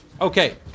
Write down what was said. Okay